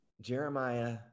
Jeremiah